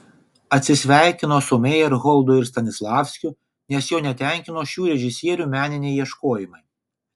atsisveikino su mejerholdu ir stanislavskiu nes jo netenkino šių režisierių meniniai ieškojimai